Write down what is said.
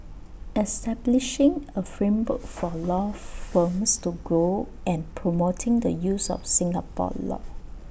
establishing A framework for law firms to grow and promoting the use of Singapore law